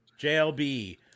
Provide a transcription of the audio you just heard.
JLB